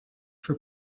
for